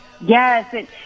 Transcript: Yes